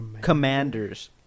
Commanders